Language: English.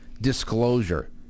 disclosure